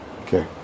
Okay